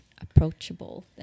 approachable